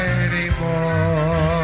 anymore